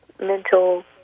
mental